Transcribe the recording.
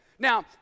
Now